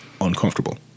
uncomfortable